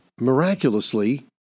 Miraculously